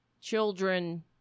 children